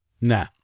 nah